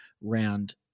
round –